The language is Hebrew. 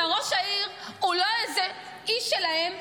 אם ראש העיר הוא לא איזה איש שלהם,